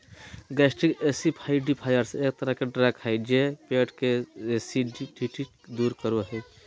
gastric acidifiers एक तरह के ड्रग हय जे पेट के एसिडिटी के दूर करो हय